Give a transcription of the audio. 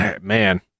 Man